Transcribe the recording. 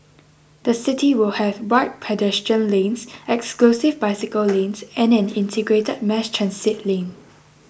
the city will have wide pedestrian lanes exclusive bicycle lanes and an integrated mass transit lane